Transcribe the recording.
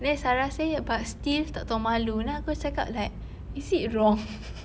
then sarah say tak tahu malu then aku cakap like is it wrong